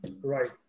Right